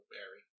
Barry